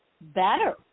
better